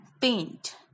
paint